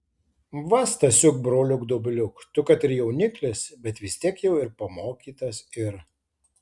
va stasiuk broliuk dobiliuk tu kad ir jauniklis bet vis tiek jau ir pamokytas ir